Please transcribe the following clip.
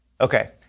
Okay